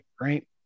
right